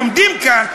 עומדים כאן,